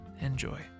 Enjoy